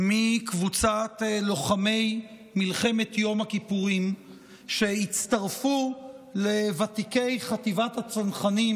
מקבוצת לוחמי מלחמת יום הכיפורים שהצטרפו לוותיקי חטיבת הצנחנים